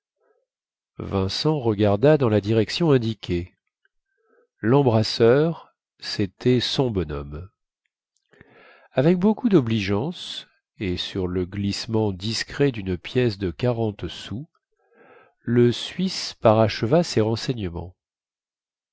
vincent regarda dans la direction indiquée lembrasseur cétait son bonhomme avec beaucoup dobligeance et sur le glissement discret dune pièce de quarante sous le suisse paracheva ses renseignements